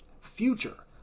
future